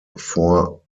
four